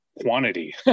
quantity